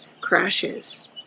crashes